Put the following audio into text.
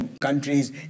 countries